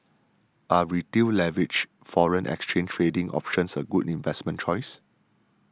are Retail leveraged foreign exchange trading options a good investment choice